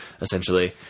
essentially